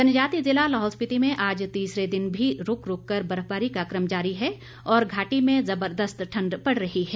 जनजातीय जिला लाहौल स्पीति में आज तीसरे दिन भी रूक रूक कर बर्फबारी का क्रम जारी है और घाटी में ज़बरदस्त ठंड पड़ रही है